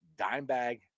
Dimebag